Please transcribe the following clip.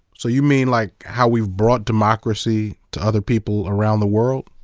so you mean like how we've brought democracy to other people around the world?